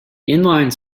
inline